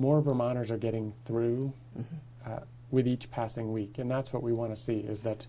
more of the miners are getting through with each passing week and that's what we want to see is that